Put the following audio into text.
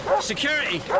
Security